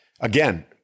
Again